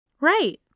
Right